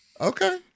okay